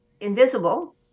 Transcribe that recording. invisible